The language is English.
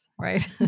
right